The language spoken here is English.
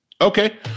okay